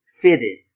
fitted